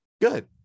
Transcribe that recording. good